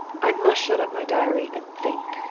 i must shut up my diary and think.